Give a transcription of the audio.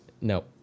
No